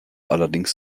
allerdings